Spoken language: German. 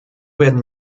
werden